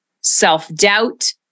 self-doubt